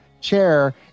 chair